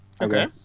Okay